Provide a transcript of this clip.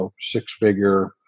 six-figure